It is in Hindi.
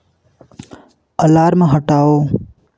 अलार्म हटाओ